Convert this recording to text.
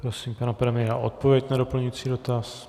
Prosím pana premiéra o odpověď na doplňující dotaz.